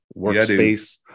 Workspace